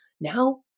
Now